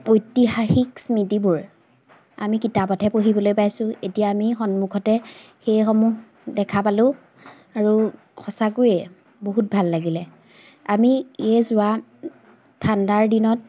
ঐতিহাসিক স্মৃতিবোৰ আমি কিতাপতহে পঢ়িবলৈ পাইছোঁ এতিয়া আমি সন্মুখতে সেইসমূহ দেখা পালোঁ আৰু সঁচাকৈয়ে বহুত ভাল লাগিলে আমি এই যোৱা ঠাণ্ডাৰ দিনত